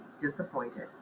disappointed